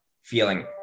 feeling